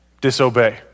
disobey